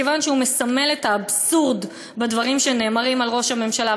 מכיוון שהוא מסמל את האבסורד בדברים שנאמרים על ראש הממשלה,